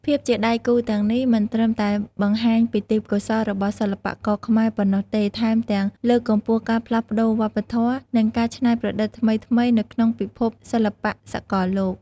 ភាពជាដៃគូទាំងនេះមិនត្រឹមតែបង្ហាញពីទេពកោសល្យរបស់សិល្បករខ្មែរប៉ុណ្ណោះទេ ថែមទាំងលើកកម្ពស់ការផ្លាស់ប្តូរវប្បធម៌ និងការច្នៃប្រឌិតថ្មីៗនៅក្នុងពិភពសិល្បៈសកលលោក។